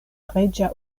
reĝa